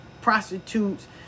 prostitutes